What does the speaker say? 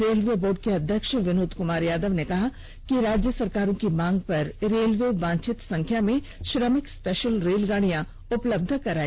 railway board के अध्यक्ष विनोद कुमार यादव ने कहा कि राज्य सरकारों की मांग पर रेलवे वांछित संख्या में श्रमिक स्पेशल रेलगाड़ियां उपलब्ध कराएगी